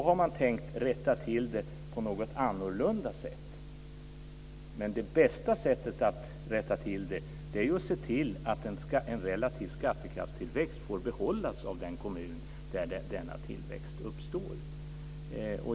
Man har tänkt rätta till det på något annat sätt, men det bästa sättet att rätta till det är ju att se till att en relativ skattekraftstillväxt får behållas av den kommun där denna tillväxt uppstår.